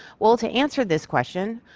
well, to answer this question,